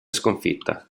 sconfitta